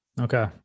Okay